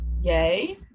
Yay